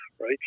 right